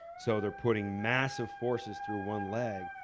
so they're putting massive forces through one leg,